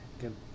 Good